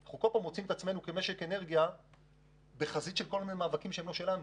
ואנחנו כל הזמן מוצאים את עצמנו בחזית של מאבקים שהם לא שלנו.